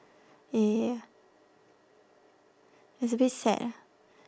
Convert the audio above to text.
ya it's a bit sad ah